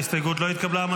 ההסתייגות לא התקבלה.